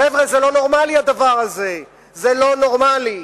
חבר'ה, זה לא נורמלי הדבר הזה, זה לא נורמלי.